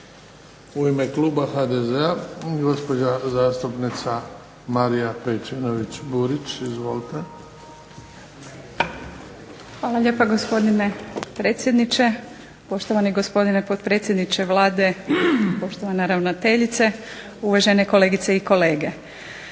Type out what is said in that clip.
U ime kluba HDZ-a gospođa zastupnica Marija Pejčinović Burić. Izvolite. **Pejčinović Burić, Marija (HDZ)** Hvala lijepa gospodine predsjedniče, poštovani gospodine potpredsjedniče Vlade, poštovana ravnateljice, uvažene kolegice i kolege.